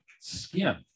skin